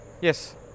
Yes